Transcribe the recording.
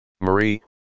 Marie